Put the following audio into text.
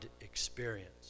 experience